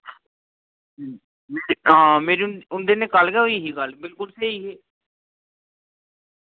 आं मेरी उंदे कन्नै कल्ल गै होई ही गल्ल कल्ल तगर स्हेई हे